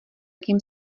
kým